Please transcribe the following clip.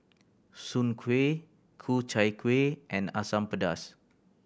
soon kway Ku Chai Kueh and Asam Pedas